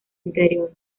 interior